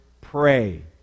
pray